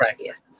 Yes